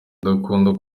udakunda